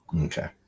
okay